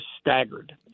staggered